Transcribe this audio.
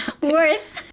worse